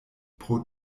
pro